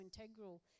integral